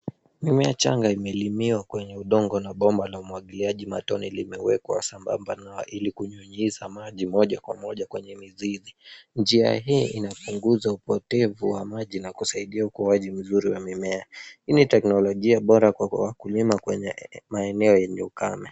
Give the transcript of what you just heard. Mimea changa imelimiwa kwenye udongo na bomba la umwagiliaji matone limewekwa sambamba ili kunyunyuza maji moja kwa moja kwenye mizizi. Njia hii unapunguza upotevu wa maji na kusaidia ukuaji mzuri wa mimea. Hii ni teknolojia bora kwa wakulima kwenye maeneo yenye ukame.